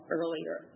earlier